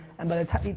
and by the time,